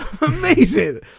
Amazing